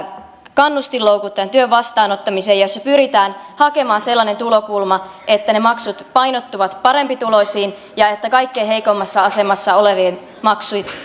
kannustinloukut työn vastaanottamiseen ja jossa pyritään hakemaan sellainen tulokulma että ne maksut painottuvat parempituloisiin ja että kaikkein heikoimmassa asemassa olevien maksut